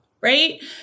right